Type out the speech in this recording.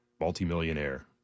multimillionaire